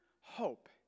hope